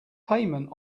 payment